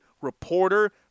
reporter